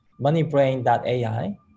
moneybrain.ai